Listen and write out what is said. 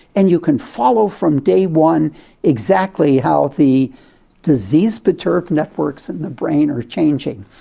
and you can follow from day one exactly how the disease-perturbed networks in the brain are changing.